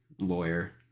lawyer